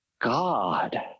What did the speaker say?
God